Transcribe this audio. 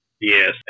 Yes